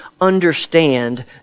understand